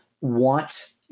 want